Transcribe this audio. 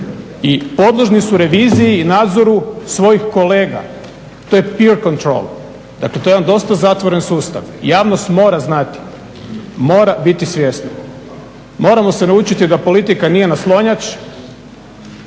i podložni su reviziji i nadzoru svojih kolega. To je pear control, dakle to je jedan dosta zatvoren sustav. Javnost mora znati, mora biti svjesna. Moramo se naučiti da politika nije naslonjač,